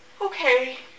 Okay